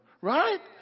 right